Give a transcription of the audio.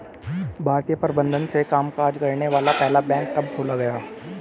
भारतीय प्रबंधन से कामकाज करने वाला पहला बैंक कब खोला गया?